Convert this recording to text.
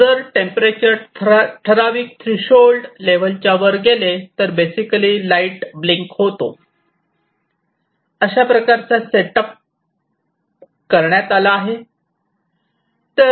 जर टेंपरेचर ठराविक threshold च्या वर गेले तर बेसिकली लाईट ब्लींक होतो अशा प्रकारचा सेट अप करण्यात आला आहे